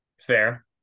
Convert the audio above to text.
Fair